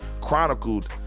chronicled